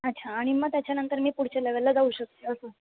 अच्छा आणि मग त्याच्यानंतर मी पुढच्या लेवलला जाऊ शकते असं